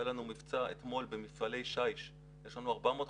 היה לנו מבצע אתמול במפעלי שיש, יש לנו 450